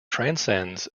transcends